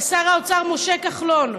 לשר האוצר משה כחלון,